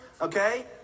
okay